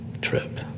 trip